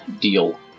deal